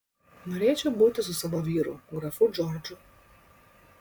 norėčiau būti su savo vyru grafu džordžu